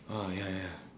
oh ya ya